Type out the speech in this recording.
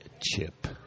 chip